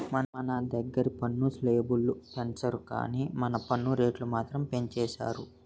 మన దగ్గిర పన్ను స్లేబులు పెంచరు గానీ పన్ను రేట్లు మాత్రం పెంచేసారు